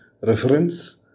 reference